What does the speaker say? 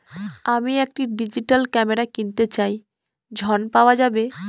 আমি একটি digital camera কিনতে চাই ঝণ পাওয়া যাবে?